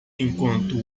enquanto